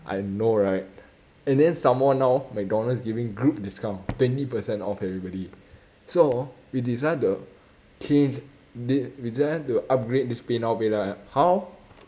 I know right and then some more now mcdonald's giving group discount twenty percent off everybody so we decided to change de~ we decided to upgrade this paynow paylah right how